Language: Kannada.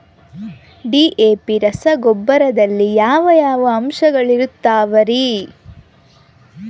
ಡಿ.ಎ.ಪಿ ರಸಗೊಬ್ಬರದಲ್ಲಿ ಯಾವ ಯಾವ ಅಂಶಗಳಿರುತ್ತವರಿ?